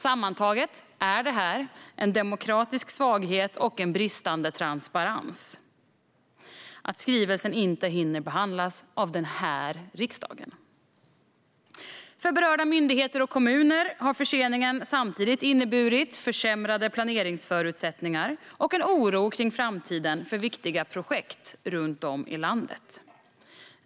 Sammantaget är det en demokratisk svaghet och bristande transparens att skrivelsen inte hinner behandlas av den här riksdagen. För berörda myndigheter och kommuner har förseningen samtidigt inneburit försämrade planeringsförutsättningar och en oro kring framtiden för viktiga projekt runt om i landet.